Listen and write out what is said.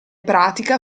pratica